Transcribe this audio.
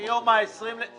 מספר964 מיום ה- 20 בפברואר,